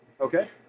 Okay